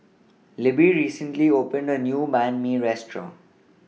Libbie recently opened A New Banh MI Restaurant